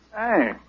Hey